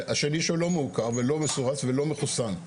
והשני שהוא לא מעוקר ולא מסורס ולא מחוסן.